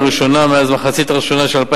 לראשונה מאז המחצית הראשונה של 2007